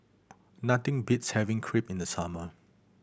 nothing beats having Crepe in the summer